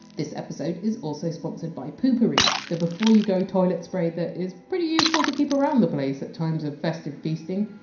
this episode is also sponsored by poo-pourri, the before-you-go toilet spray that is pretty useful to keep around the place at times of festive feasting.